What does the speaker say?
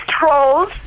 trolls